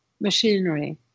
machinery